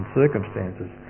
circumstances